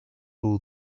all